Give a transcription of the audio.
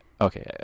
Okay